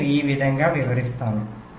నేను ఈ విధంగా వివరిస్తాను